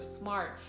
smart